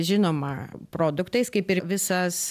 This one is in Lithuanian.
žinoma produktais kaip ir visas